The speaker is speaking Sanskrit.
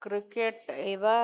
क्रिकेट् एव